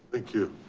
thank you,